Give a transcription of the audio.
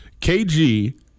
KG –